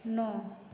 नौ